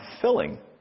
filling